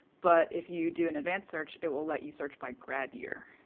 but if you do an advanced search, it will let you search by grad year.